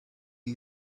who